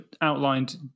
outlined